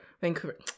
Vancouver